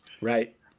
Right